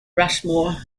rushmore